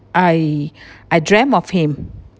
I I dreamt of him